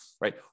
Right